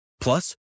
Plus